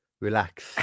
relax